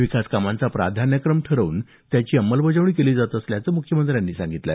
विकास कामांचा प्राधान्यक्रम ठरवून त्याची अंमलबजावणी केली जात असल्याचं मुख्यमंत्र्यांनी सांगितलं